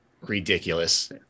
ridiculous